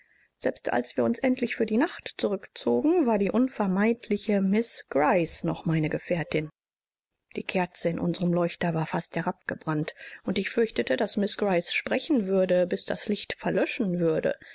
selbst als wir uns endlich für die nacht zurückzogen war die unvermeidliche miß gryce noch meine gefährtin die kerze in unserem leuchter war fast herabgebrannt und ich fürchtete daß miß gryce sprechen würde bis das licht verlöschen würde